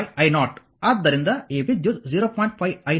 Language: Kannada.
5i0 ಆದ್ದರಿಂದ ಈ ವಿದ್ಯುತ್ 0